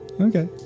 Okay